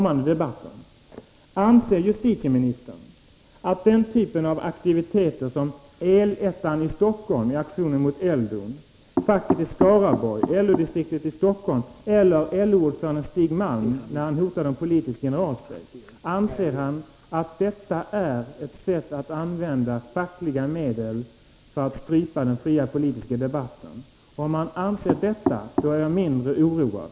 Anser justitieministern att den typ av aktiviteter som El-ettans i Stockholm aktion mot Eldon, fackets agerande i Skaraborg och LO-distriktet i Stockholm samt LO-ordföranden Stig Malms hot om politisk generalstrejk utgör exempel på är olika sätt att använda fackliga medel för att strypa den fria politiska debatten? Om han anser detta, är jag mindre oroad.